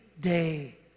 day